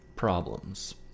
Problems